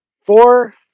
four